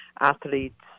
athletes